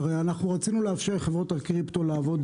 הרי אנחנו רצינו לאפשר לחברות הקריפטו לעבוד